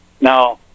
Now